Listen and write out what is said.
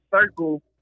circle